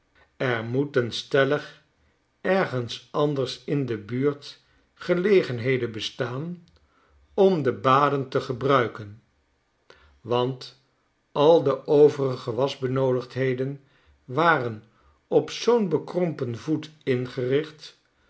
er moeten stellig ergens anders in de buurt gelegenheden bestaan om de baden te gebruiken want al de overige waschbenoodigdheden waren op zoo'n bekrompen voet ingericht